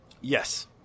Yes